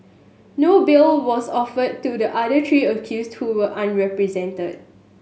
no bail was offered to the other three accused who are unrepresented